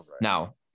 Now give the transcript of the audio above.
Now